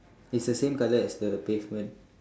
it's the same colour as the pavement